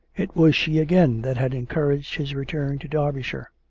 it was she again that had encouraged his return to derby shire.